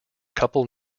couple